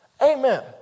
Amen